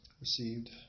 Received